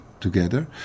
together